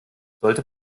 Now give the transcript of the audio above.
sollte